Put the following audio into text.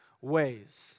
ways